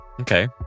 Okay